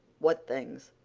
what things?